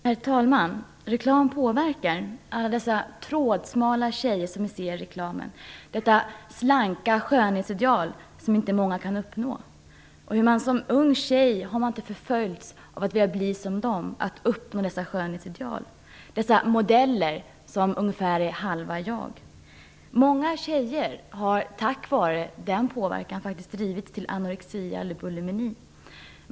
Herr talman! Reklam påverkar. Jag tänker på alla dessa trådsmala tjejer som vi ser i reklamen och på det slanka skönhetsideal som inte många kan uppnå. Som ung tjej vill man bli som dem och uppnå detta skönhetsideal. Dessa modeller är nästan som en del av dem själva. Många tjejer har på grund av reklamens påverkan faktiskt drivits till anorexi eller bulimi.